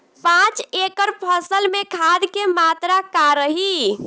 पाँच एकड़ फसल में खाद के मात्रा का रही?